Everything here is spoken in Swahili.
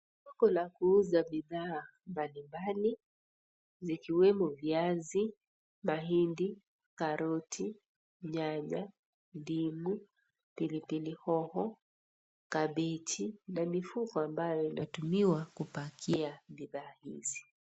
Soko la kuuza bidhaa mbalimbali, zikiwemo viazi, mahindi, kaloti, nyanya, ndimu, pili pili hoho, kabeji, na mifuko ambayo inatumiwa kupakia bidhaa hizi.